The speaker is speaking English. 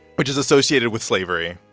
which is associated with slavery,